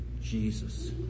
Jesus